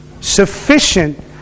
sufficient